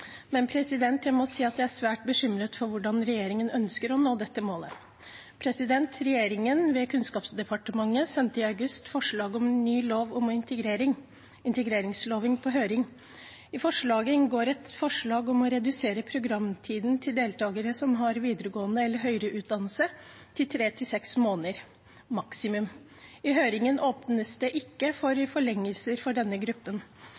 Men jeg må si at jeg er svært bekymret for hvordan regjeringen ønsker å nå dette målet. Regjeringen ved Kunnskapsdepartementet sendte i august forslag om ny lov om integrering, integreringsloven, på høring. I forslaget inngår et forslag om å redusere programtiden til deltakere som har videregående eller høyere utdanning, til tre–seks måneder. I høringen åpnes det ikke for forlengelser for denne gruppen.